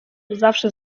zawsze